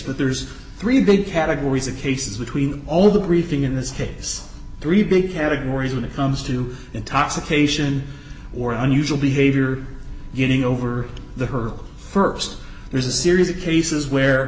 but there's three big categories of cases between all the briefing in this case three big categories when it comes to intoxication or unusual behavior getting over the her st there's a series of cases where